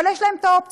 אבל יש להן אופציה.